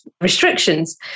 restrictions